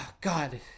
god